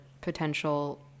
potential